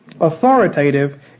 authoritative